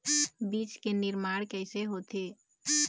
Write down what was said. बीज के निर्माण कैसे होथे?